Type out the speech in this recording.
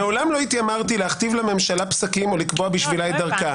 מעולם לא התיימרתי להכתיב לממשלה פסקים או לקבוע בשבילה את דרכה.